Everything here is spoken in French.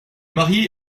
marié